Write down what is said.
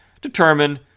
determine